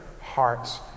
hearts